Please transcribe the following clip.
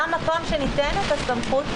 גם מקום שניתנת הסמכות,